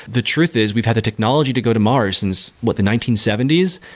the truth is we've had the technology to go to mars since what? the nineteen seventy s?